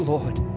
Lord